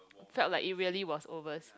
felt like it really was overs~